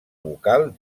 vocal